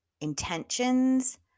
intentions